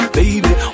Baby